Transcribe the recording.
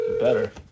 better